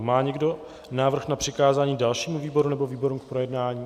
Má někdo návrh na přikázání dalšímu výboru nebo výborům k projednání?